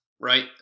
Right